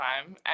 time